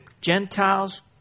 Gentiles